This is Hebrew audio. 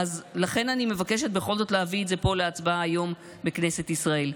לכן אני מבקשת בכל זאת להביא את זה פה להצבעה היום בכנסת ישראל.